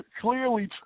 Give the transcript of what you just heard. clearly